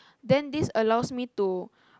then this allows me to